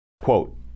Quote